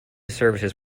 services